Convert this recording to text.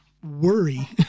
worry